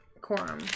Quorum